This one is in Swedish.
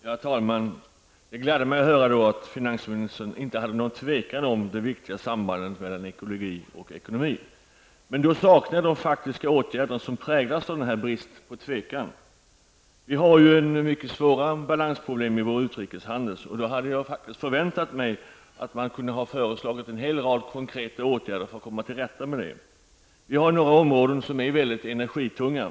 Herr talman! Det gladde mig att höra att finansministern inte kände någon tvekan inför det viktiga sambandet mellan ekologi och ekonomi. Men jag saknar de faktiska åtgärder som präglas av denna brist på tvekan. Vi har mycket svåra balansproblem i vår utrikeshandel. Jag hade faktiskt förväntat mig förslag om en hel rad konkreta åtgärder för att komma till rätta med dem. Vi har några områden som är mycket energitunga.